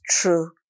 true